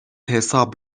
حساب